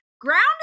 ground